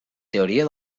teoria